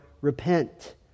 repent